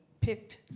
picked